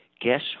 guess